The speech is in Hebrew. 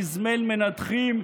באזמל מנתחים,